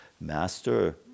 Master